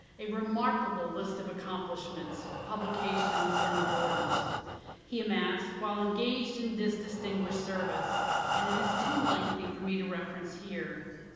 a remarkable list of accomplishments, publications, and awards he amassed while engaged in this distinguished service and it is too lengthy for me to reference here.